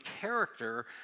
character